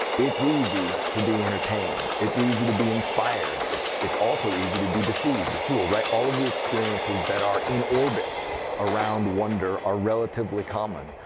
it's easy to be entertained. it's easy to be inspired. it's it's also easy to be deceived or fooled. all of the experiences that are in orbit around wonder are relatively common.